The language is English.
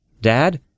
Dad